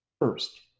First